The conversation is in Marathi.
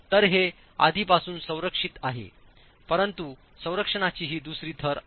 तर हे आधीपासून संरक्षित आहे परंतु संरक्षणाची ही दुसरी थर आहे